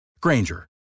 Granger